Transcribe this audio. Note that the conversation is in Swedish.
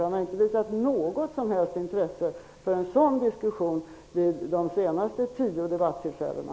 Han har inte visat något som helst intresse för en sådan diskussion vid de senaste tio debattillfällena.